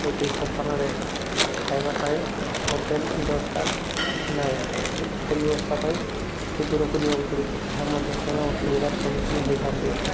ଏ ତୀର୍ଥ ସ୍ଥାନରେ ଖାଇବା ପାଇଁ ହୋଟେଲ ବ୍ୟବସ୍ଥା ନାହିଁ ହୋଟେଲ ବ୍ୟବସ୍ଥା ପାଇଁ ଟିକେ ଦୂରକୁ ଯିବାକୁ ପଡ଼େ ତାହା ମଧ୍ୟ ସେମାନେ ଅସୁବିଧାର ସମ୍ମୁଖୀନ ହୋଇଥାନ୍ତି